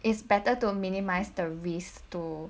it's better to minimise the risk to